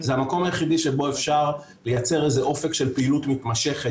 זה המקום היחידי שבו אפשר לייצר איזה אופק של פעילות מתמשכת,